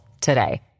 today